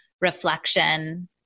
reflection